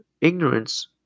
ignorance